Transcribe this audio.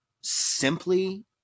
simply